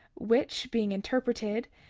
which, being interpreted,